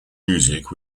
music